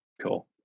Cool